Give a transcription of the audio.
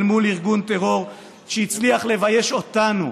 מול ארגון טרור שהצליח לבייש אותנו,